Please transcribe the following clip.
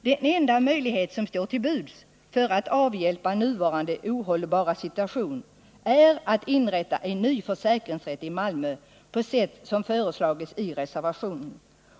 Den enda möjlighet som står till buds för att avhjälpa nuvarande ohållbara situation är att inrätta en ny försäkringsrätt i Malmö på sätt som föreslagits i reservationen.